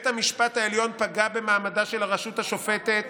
בית המשפט העליון פגע במעמדה של הרשות השופטת